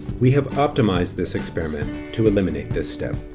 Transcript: we have optimized this experiment to eliminate this step.